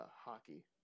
hockey